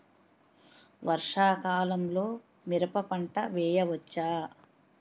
వర్షాకాలంలో మిరప పంట వేయవచ్చా?